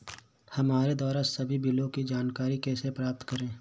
हमारे द्वारा सभी बिलों की जानकारी कैसे प्राप्त करें?